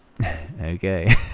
okay